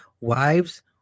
Wives